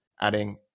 adding